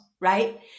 right